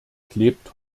klebt